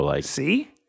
See